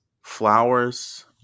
flowers